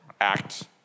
act